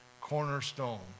cornerstone